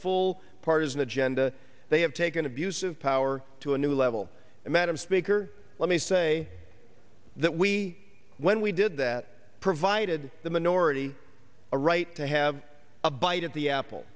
full partisan agenda they have taken abuse of power to a new level and madam speaker let me say that we when we did that provided the minority a right to have a bite at the apple